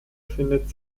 findet